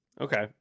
Okay